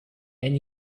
and